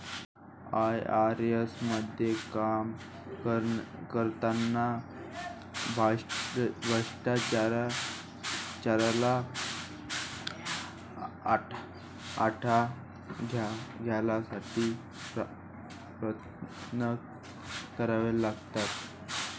IRS मध्ये काम करताना भ्रष्टाचाराला आळा घालण्यासाठी प्रयत्न करावे लागतात